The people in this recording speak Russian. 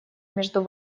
между